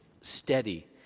steady